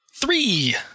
Three